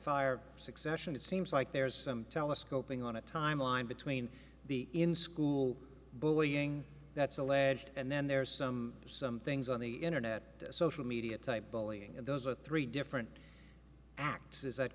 fire succession it seems like there's some telescoping on a timeline between the in school bullying that's alleged and then there's some some things on the internet social media type bullying and those are three different acts is that